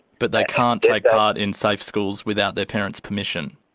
but they can't take part in safe schools without their parents' permission.